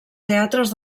teatres